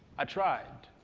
i tried.